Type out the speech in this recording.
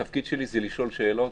התפקיד שלי הוא לשאול שאלות,